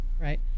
right